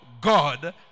God